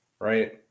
right